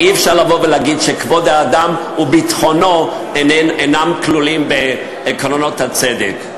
ואי-אפשר לבוא ולהגיד שכבוד האדם וביטחונו אינם כלולים בעקרונות הצדק.